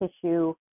tissue